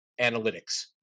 analytics